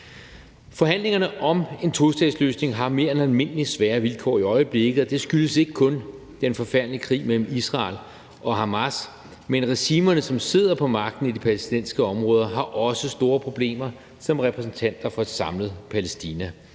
Forhandlingerne om en tostatsløsning har mere end almindelig svære vilkår i øjeblikket, og det skyldes ikke kun den forfærdelige krig mellem Israel og Hamas, men regimerne, som sidder på magten i de palæstinensiske områder, har også store problemer som repræsentanter for et samlet Palæstina.